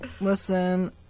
listen